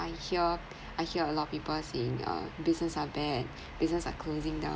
I hear I hear a lot of people saying uh businesses are bad businesses are closing down